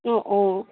অঁ অঁ